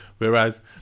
Whereas